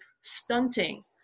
stunting